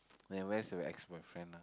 like where's your ex boyfriend lah